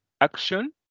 action